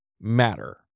matter